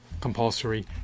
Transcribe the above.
compulsory